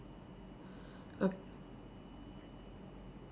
err